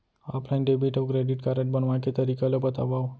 Offline debit अऊ credit card बनवाए के तरीका ल बतावव?